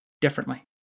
differently